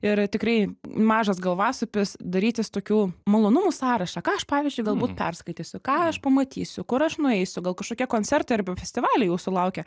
ir tikrai mažas galvasopis darytis tokių malonumų sąrašą ką aš pavyzdžiui galbūt perskaitysiu ką aš pamatysiu kur aš nueisiu gal kažkokie koncertai arba festivaliai jūsų laukia